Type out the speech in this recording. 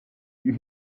you